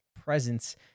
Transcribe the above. presence